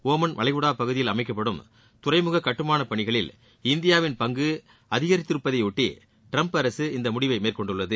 Oman வளைகுடா பகுதியில் அமைக்கப்படும் துறைமுக கட்டுமானப் பணிகளில் இந்தியாவின் பங்கு அதிகரித்திருப்பதையொட்டி ட்டிரம்ப் இந்த முடிவை மேற்கொண்டுள்ளது